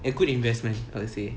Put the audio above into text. a good investment I would say